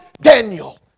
Daniel